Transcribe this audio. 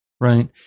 Right